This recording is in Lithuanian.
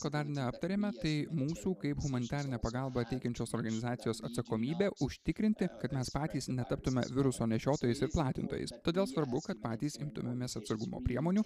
ko dar neaptarėme tai mūsų kaip humanitarinę pagalbą teikiančios organizacijos atsakomybė užtikrinti kad mes patys netaptume viruso nešiotojais ir platintojais todėl svarbu kad patys imtumėmės atsargumo priemonių